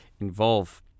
involve